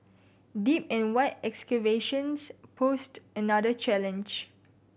deep and wide excavations posed another challenge